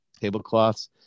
tablecloths